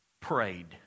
prayed